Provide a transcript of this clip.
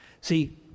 See